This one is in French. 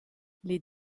les